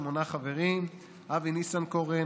שמונה חברים: אבי ניסנקורן,